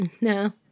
No